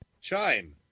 chime